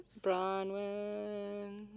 Bronwyn